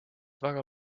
väga